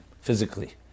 physically